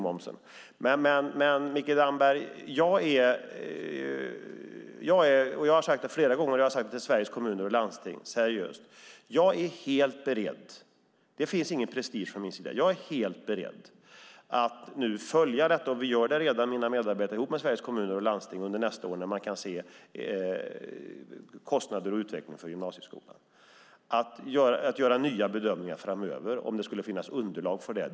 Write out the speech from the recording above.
Men, Mikael Damberg, jag har sagt det flera gånger och jag har sagt det till Sveriges Kommuner och Landsting att jag har är helt beredd - det finns ingen prestige från min sida - att nu följa detta. Jag och mina medarbetare kommer att följa detta tillsammans med Sveriges Kommuner och Landsting under nästa år för att se kostnader och utveckling för gymnasieskolan. Jag är beredd att göra nya bedömningar framöver om det skulle finnas underlag för det.